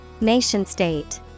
Nation-state